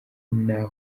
nari